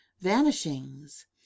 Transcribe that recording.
vanishings